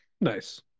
nice